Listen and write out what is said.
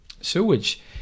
Sewage